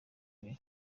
abiri